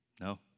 No